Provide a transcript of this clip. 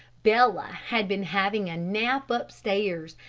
bella had been having a nap upstairs,